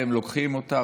והם לוקחים אותה,